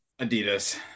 Adidas